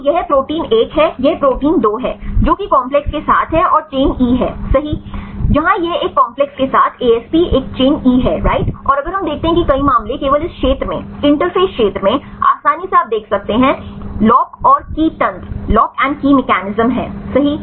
तो यह प्रोटीन 1 है यह प्रोटीन 2 है जो कि कॉम्प्लेक्स के साथ है और चेन ई है सहीजहां यह एक कॉम्प्लेक्स के साथ एएसपी एक चेन ई है राइट और अगर हम देखते हैं कि कई मामले हैं केवल इस क्षेत्र मैं इंटरफ़ेस क्षेत्र में आसानी से आप देख सकते हैं लॉक और की तंत्र है सही